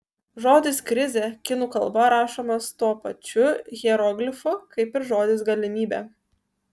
žodis krizė kinų kalba rašomas tuo pačiu hieroglifu kaip ir žodis galimybė